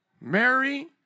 Mary